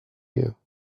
you